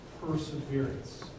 Perseverance